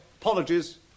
Apologies